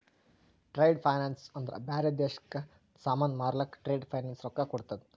trade finance ಅಂದ್ರ ಬ್ಯಾರೆ ದೇಶಕ್ಕ ಸಾಮಾನ್ ಮಾರ್ಲಕ್ ಟ್ರೇಡ್ ಫೈನಾನ್ಸ್ ರೊಕ್ಕಾ ಕೋಡ್ತುದ್